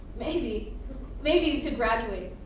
maybe maybe to graduate.